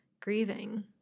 grieving